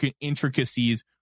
intricacies